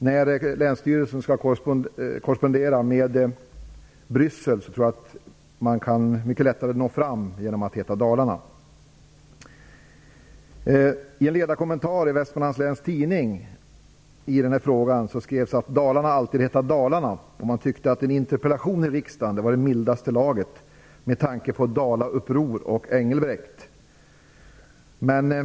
När Länsstyrelsen skall korrespondera med Bryssel tror jag att man lättare når fram om man heter Dalarna. I en ledarkommentar till detta i Vestmanlands läns tidning skrevs att Dalarna alltid har hetat Dalarna. Man tyckte att en interpellation i riksdagen var i mildaste laget med tanke på Dalauppror och Engelbrekt.